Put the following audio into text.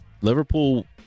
Liverpool